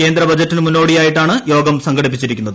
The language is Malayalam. കേന്ദ്ര ബഡ്ജറ്റിനു മുന്നോടിയായാണ് യോഗ സംഘടിപ്പിച്ചിരിക്കുന്നത്